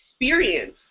experience